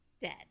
dead